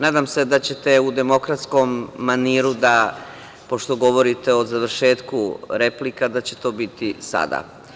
Nadam se da ćete u demokratskom maniru da, pošto govorite o završetku replika, da će to biti sada.